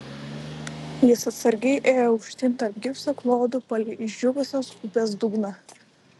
jis atsargiai ėjo aukštyn tarp gipso klodų palei išdžiūvusios upės dugną